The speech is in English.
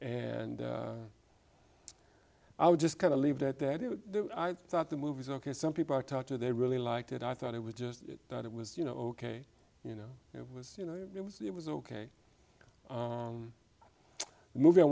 and i would just kind of leave that i thought the movie is ok some people i talked to they really liked it i thought it was just that it was you know ok you know it was you know it was it was ok movie i